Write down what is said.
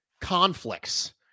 conflicts